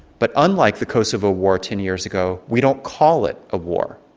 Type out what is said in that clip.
but unlike the kosovo war ten years ago, we don't call it a war.